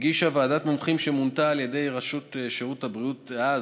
הגישה ועדת מומחים שמונתה על ידי ראש שירות הבריאות דאז,